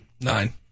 Nine